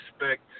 respect